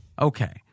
Okay